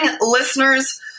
listeners